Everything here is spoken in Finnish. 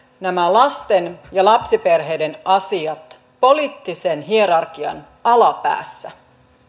nämä lasten ja lapsiperheiden asiat poliittisen hierarkian alapäässä